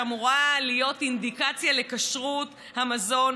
שאמורה להיות אינדיקציה לכשרות המזון,